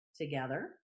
together